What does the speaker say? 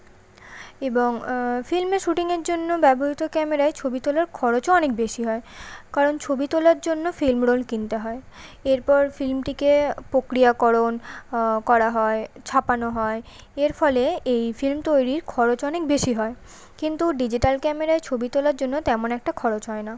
এবং ফিল্মে শ্যুটিংয়ের জন্য ব্যবহৃত ক্যামেরায় ছবি তোলার খরচও অনেক বেশি হয় কারণ ছবি তোলার জন্য ফিল্ম রোল কিনতে হয় এরপর ফিল্মটিকে প্রক্রিয়াকরণ করা হয় ছাপানো হয় এর ফলে এই ফিল্ম তৈরির খরচ অনেক বেশি হয় কিন্তু ডিজিটাল ক্যামেরায় ছবি তোলার জন্য তেমন একটা খরচ হয় না